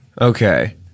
Okay